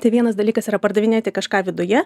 tai vienas dalykas yra pardavinėti kažką viduje